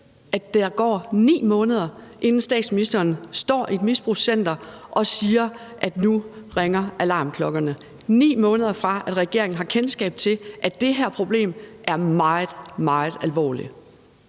at der går 9 måneder, inden statsministeren står i et misbrugscenter og siger, at nu bringer alarmklokkerne – 9 måneder efter regeringen har fået kendskab til, at det her problem er meget, meget alvorligt?